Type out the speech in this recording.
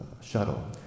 shuttle